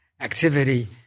activity